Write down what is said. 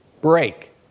Break